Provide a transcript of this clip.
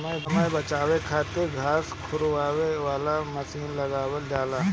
समय बचावे खातिर घास झुरवावे वाला मशीन लगावल जाला